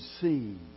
seen